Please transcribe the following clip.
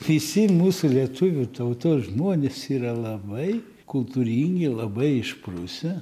visi mūsų lietuvių tautos žmonės yra labai kultūringi labai išprusę